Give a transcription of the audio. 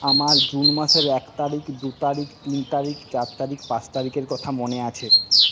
আমার জুন মাসের এক তারিখ দু তারিখ তিন তারিখ চার তারিখ পাঁচ তারিখের কথা মনে আছে